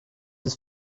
his